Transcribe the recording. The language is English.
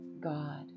God